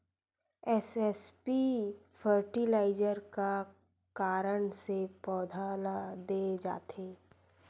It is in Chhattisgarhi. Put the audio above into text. एस.एस.पी फर्टिलाइजर का कारण से पौधा ल दे जाथे?